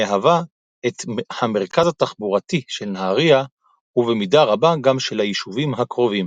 מהווה את המרכז התחבורתי של נהריה ובמידה רבה גם של היישובים הקרובים.